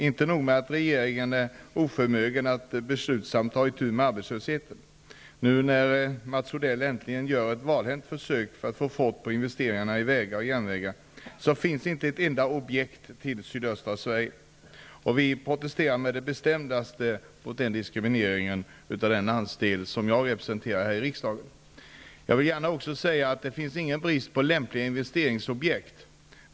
Inte nog med att regeringen är oförmögen att beslutsamt ta itu med arbetslösheten -- nu, när Mats Odell äntligen gör ett valhänt försök att få fart på investeringarna i vägar och järnvägar, finns det inte ett enda objekt för sydöstra Sverige. Vi protesterar bestämt mot denna diskriminering av den landsdel som jag representerar här i riksdagen. Det är ingen brist på lämpliga investeringsobjekt.